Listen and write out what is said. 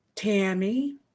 Tammy